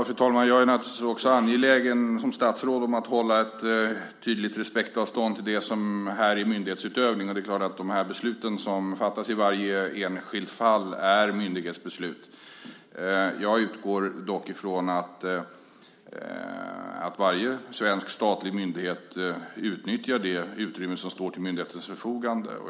Fru talman! Jag är som statsråd naturligtvis angelägen om att hålla ett tydligt respektavstånd till det som är myndighetsutövning. De beslut som fattas i enskilda fall är myndighetsbeslut. Jag utgår dock från att varje svensk statlig myndighet utnyttjar det utrymme som står till förfogande.